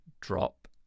drop